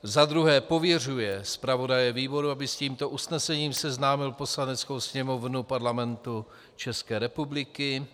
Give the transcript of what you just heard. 2. pověřuje zpravodaje výboru, aby s tímto usnesením seznámil Poslaneckou sněmovnu Parlamentu České republiky;